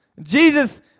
Jesus